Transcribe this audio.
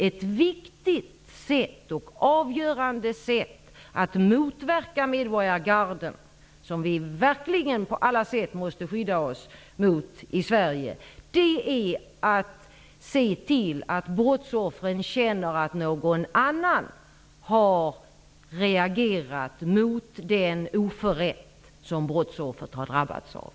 Ett viktigt och avgörande sätt att motverka medborgargarden, som vi verkligen på alla sätt måste skydda oss mot i Sverige, är att se till att brottsoffren känner att någon annan har reagerat mot den oförrätt som brottsoffret har drabbats av.